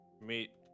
Meet